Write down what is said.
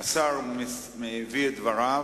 שהשר מביא את דבריו.